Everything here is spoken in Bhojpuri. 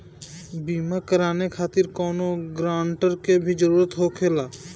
बीमा कराने खातिर कौनो ग्रानटर के भी जरूरत होखे ला?